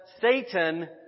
Satan